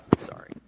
Sorry